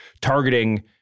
targeting